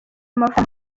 amavuta